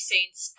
Saints